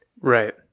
right